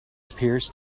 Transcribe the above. appears